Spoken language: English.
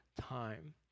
time